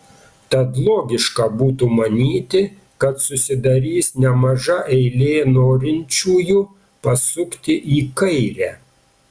tad logiška būtų manyti kad susidarys nemaža eilė norinčiųjų pasukti į kairę